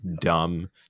dumb